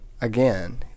Again